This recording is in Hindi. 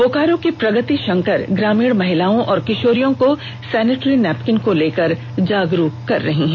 बोकारो की प्रगति शंकर ग्रामीण महिलाओं और किशोरियों को सेनेटरी नैपकिन को लेकर जागरूक कर रही है